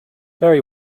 very